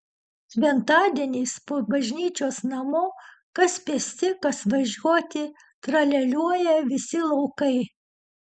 šventadieniais po bažnyčios namo kas pėsti kas važiuoti tralialiuoja visi laukai